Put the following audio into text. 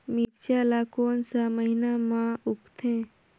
मिरचा ला कोन सा महीन मां उगथे?